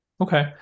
Okay